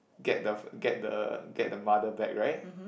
get the get the get the mother back right